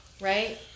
Right